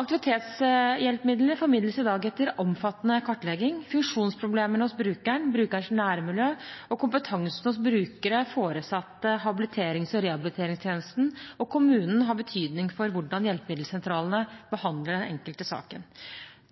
Aktivitetshjelpemidlene formidles i dag etter omfattende kartlegging. Funksjonsproblemene hos brukeren, brukerens nærmiljø og kompetansen hos brukere, foresatte, habiliterings- og rehabiliteringstjenesten og kommunen har betydning for hvordan hjelpemiddelsentralene behandler den enkelte saken.